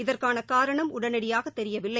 இதற்கானகாரணம் உடனடியாகதெரியவில்லை